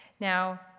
Now